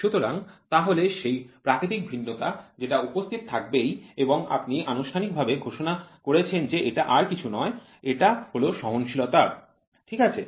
সুতরাং তাহলে সেই প্রাকৃতিক ভিন্নতা যেটা উপস্থিত থাকবেই এবং আপনি আনুষ্ঠানিকভাবে ঘোষণা করেছেন যে এটা আর কিছুই নয় এটা হল সহনশীলতা ঠিক আছে